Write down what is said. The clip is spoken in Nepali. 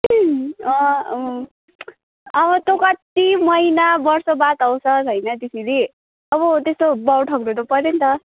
अब तँ कत्ति महिना वर्ष बाद आउँछस् होइन त्यसरी अब त्यस्तो पर्यो नि त